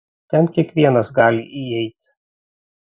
ten kiekvienas gali įeit